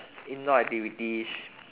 indoor activities